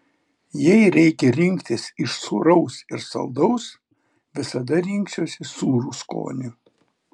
jei reikia rinktis iš sūraus ir saldaus visada rinksiuosi sūrų skonį